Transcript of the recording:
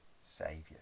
Saviour